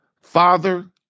Father